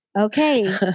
Okay